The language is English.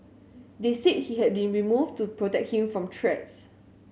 they said he had been removed to protect him from threats